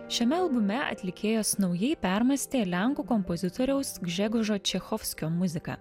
šiame albume atlikėjos naujai permąstė lenkų kompozitoriaus gžegožo čechovskio muziką